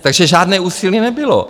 Takže žádné úsilí nebylo.